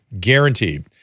guaranteed